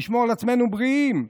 לשמור על עצמנו בריאים.